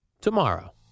tomorrow